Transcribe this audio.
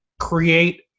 create